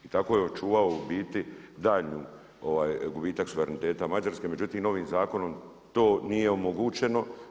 I tako je očuvao u biti daljnju, gubitak suvereniteta Mađarske, međutim novim zakonom to nije omogućeno.